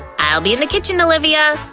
i'll be in the kitchen, olivia.